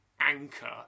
Anchor